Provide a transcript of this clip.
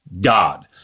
God